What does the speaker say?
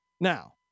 now